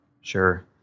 Sure